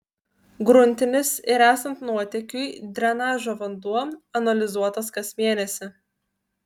gruntinis ir esant nuotėkiui drenažo vanduo analizuotas kas mėnesį